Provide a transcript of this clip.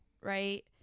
right